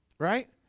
Right